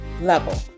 level